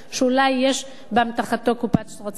שאולי יש באמתחתו קופת שרצים.